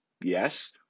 Yes